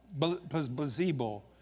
Placebo